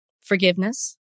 forgiveness